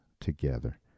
together